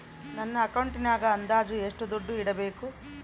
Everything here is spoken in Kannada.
ನನ್ನ ಅಕೌಂಟಿನಾಗ ಅಂದಾಜು ಎಷ್ಟು ದುಡ್ಡು ಇಡಬೇಕಾ?